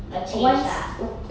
a change lah